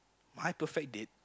my perfect date